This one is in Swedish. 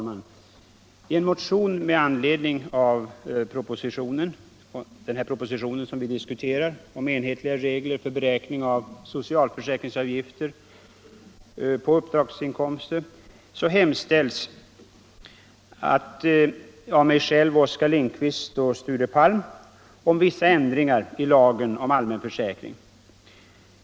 Herr talman! Med anledning av propositionen om enhetliga regler för — socialförsäkringsberäkning av socialförsäkringsavgifter på uppdragsinkomster hemställs = avgifter på uppi en motion av herr Lindkvist, herr Palm och mig om vissa ändringar = dragsinkomster i lagen om allmän försäkring.